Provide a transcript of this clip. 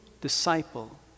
disciple